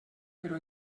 però